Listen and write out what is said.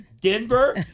Denver